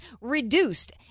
reduced